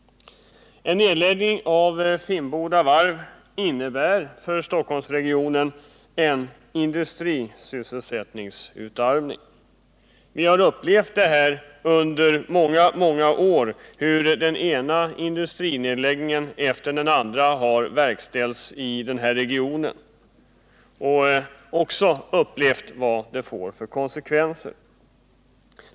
En nedläggning av Finnboda varv innebär för Stockholmsregionen en industrisysselsättningsutarmning. Vi har under många år upplevt hur den ena industrinedläggningen efter den andra har verkställts i den här regionen och vad det får för konsekvenser.